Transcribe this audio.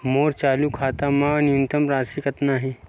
मोर चालू खाता मा न्यूनतम राशि कतना हे?